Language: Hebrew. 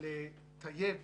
לטייב